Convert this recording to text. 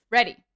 Ready